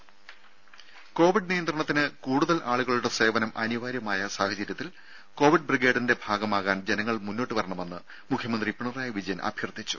ദേദ കോവിഡ് നിയന്ത്രണത്തിന് കൂടുതൽ ആളുകളുടെ സേവനം അനിവാര്യമായ സാഹചര്യത്തിൽ കോവിഡ് ബ്രിഗേഡിന്റെ ഭാഗമാകാൻ ജനങ്ങൾ മുന്നോട്ടു വരണമെന്ന് മുഖ്യമന്ത്രി പിണറായി വിജയൻ അഭ്യർത്ഥിച്ചു